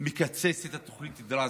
מקצץ את התוכנית דרסטית.